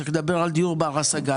צריך לדבר על דיור בר השגה.